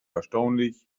erstaunlich